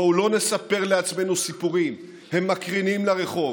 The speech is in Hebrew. בואו לא נספר לעצמנו סיפורים, הם מקרינים לרחוב.